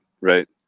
right